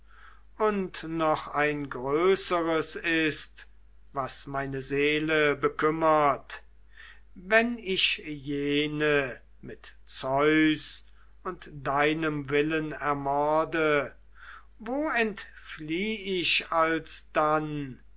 und noch ein größeres ist was meine seele bekümmert wann ich jene mit zeus und deinem willen ermorde wo entflieh ich alsdann